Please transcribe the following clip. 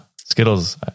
Skittles